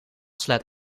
slaat